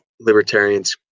libertarians